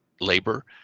labor